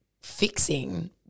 fixing